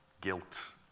guilt